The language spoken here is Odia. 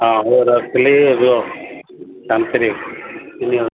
ହଁ ମୁଁ ରଖିଲି ଏବେ ଶାନ୍ତିରେ ନିଅ